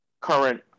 current